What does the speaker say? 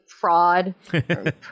fraud